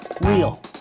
real